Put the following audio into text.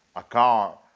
a car,